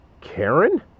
Karen